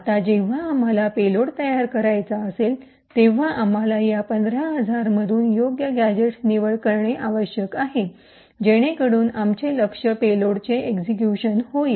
आता जेव्हा आम्हाला पेलोड तयार करायचा असेल तेव्हा आम्हाला या 15000 मधुन योग्य गॅझेटची निवड करणे आवश्यक आहे जेणेकरून आमचे लक्ष्य पेलोडचे एक्सिक्यूशन होईल